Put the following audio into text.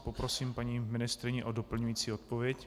Poprosím paní ministryni o doplňující odpověď.